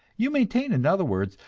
you maintain, in other words,